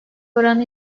oranı